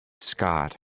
Scott